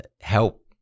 help